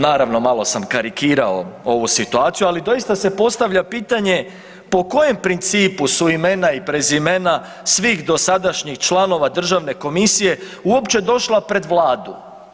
Naravno, malo sam karikirao ovu situaciju, ali doista se postavlja pitanje po kojem principu su imena i prezimena svih dosadašnjih članova državne komisije uopće došla pred vladu?